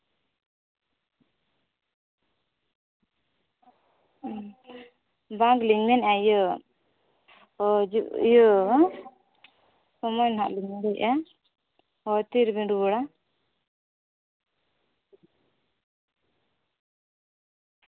ᱚᱱᱟ ᱜᱮᱞᱤᱧ ᱢᱮᱱᱮᱜᱼᱟ ᱤᱭᱟᱹ ᱚᱸᱻ ᱦᱤᱡᱩᱜ ᱤᱭᱟᱹ ᱥᱚᱢᱚᱭ ᱱᱟᱜ ᱞᱤᱧ ᱟᱹᱜᱩᱭᱮᱜᱼᱟ ᱦᱳᱭ ᱛᱤᱱ ᱨᱮᱵᱮᱱ ᱨᱩᱣᱟᱹᱲᱟ